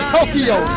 Tokyo